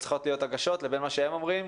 צריכות להיות הגשות לבין מה שהם אומרים,